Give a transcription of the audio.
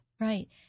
right